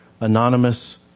anonymous